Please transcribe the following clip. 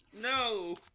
no